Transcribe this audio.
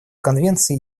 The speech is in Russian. конвенции